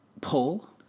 Pull